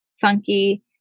funky